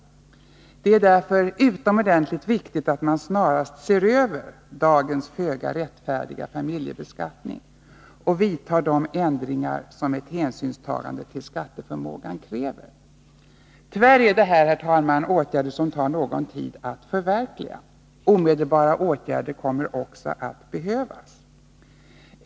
Det är därför utomordentligt viktigt att man snarast ser över effekterna av dagens föga rättvisa familjebeskattning och vidtar de ändringar som ett hänsynstagande till skatteförmågan kräver. Tyvärr är detta åtgärder som det tar tid att förverkliga. Omedelbara åtgärder kommer också att behövas.